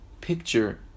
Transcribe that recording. picture